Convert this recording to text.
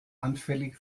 anfällig